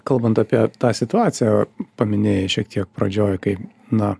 kalbant apie tą situaciją paminėjai šiek tiek pradžioj kai na